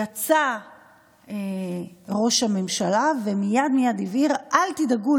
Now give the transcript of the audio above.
יצא ראש הממשלה ומייד מייד הבהיר: אל תדאגו,